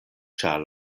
ĉar